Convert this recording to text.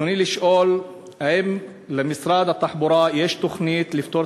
ברצוני לשאול: האם למשרד התחבורה יש תוכנית לפתור